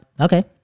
okay